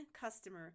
customer